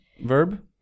verb